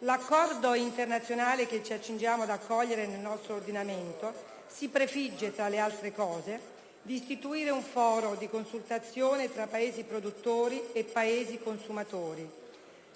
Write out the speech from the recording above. L'Accordo internazionale che ci accingiamo ad accogliere nel nostro ordinamento si prefigge, tra le altre cose, di istituire un foro di consultazione tra Paesi produttori e Paesi consumatori,